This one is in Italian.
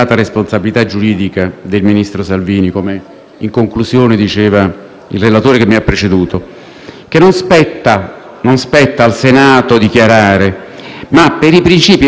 che non spetta al Senato dichiarare, ma per i principi e fondamenti stessi dello Stato che questo caso mette in discussione. La legge costituzionale n.